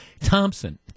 Thompson